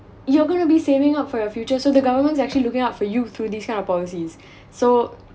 you're going to be saving up for your future so the government's actually looking out for you through this kind of policies so